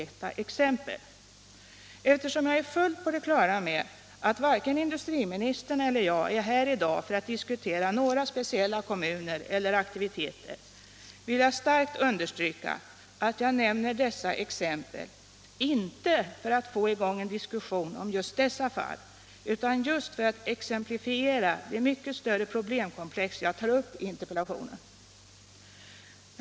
mellan de affärsdrivande verkens planering och den regionala utvecklingsplaneringen mellan de affärsdrivande verkens planering och den regionala utvecklingsplaneringen Eftersom jag är fullt på det klara med att varken industriministern eller jag är här i dag för att diskutera några speciella kommuner eller aktiviteter vill jag starkt understryka att jag nämner dessa exempel inte för att få i gång en diskussion om just dessa fall utan just för att exemplifiera det mycket större problemkomplex jag tar upp i interpellationen.